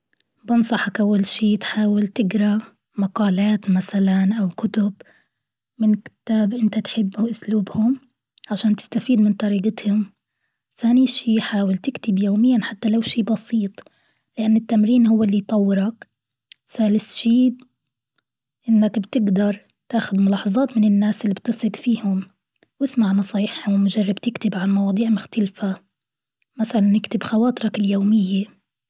بنصحك أول شيء تحاول تقرأ مقالات مثلا أو كتب من كتاب أنت تحب اسلوبهم عشان تستفيد من طريقتهم، ثاني شيء حاول تكتب يوميا حتى لو شي بسيط، لان التمرين هو اللي يطورك، ثالث شي إنك بتقدر تاخد ملاحظات من الناس إللي بتثق فيهم، واسمع نصايحهم جرب تكتب عن مواضيع مختلفة، مثلا أكتب خواطرك اليومية.